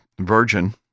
virgin